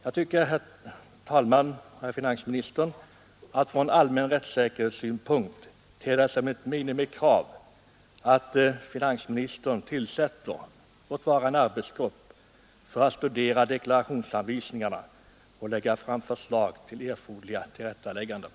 Jag tycker, herr finansminister, att det från allmän rättvisesynpunkt ter sig som ett minimikrav att finansministern tillsätter t.ex. en arbetsgrupp för att studera deklarationsanvisningarna och lägga fram förslag om erforderliga tillrättalägganden.